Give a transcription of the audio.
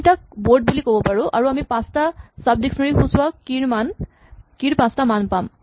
আমি তাক বৰ্ড বুলি ক'ব পাৰো আৰু আমি পাঁচটা চাব ডিক্সনেৰী সূচোৱা কী ৰ পাঁচ টা মান পাম